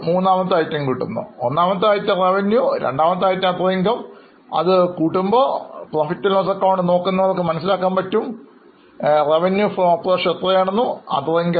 ഇവ രണ്ടും കൂട്ടിച്ചേർത്ത തുകയാണ് III കാണിക്കുന്നത് Revenue I Other income II ഇപ്പോൾ PL ac നോക്കുന്നവർക്ക് Revenue from operation എത്രയാണെന്നും Other income എത്രയാണെന്നും അറിയാൻ സാധിക്കുന്നു